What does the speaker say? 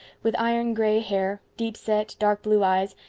with iron-gray hair, deep-set, dark blue eyes,